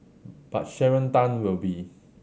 but Sharon Tan will be